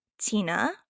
Tina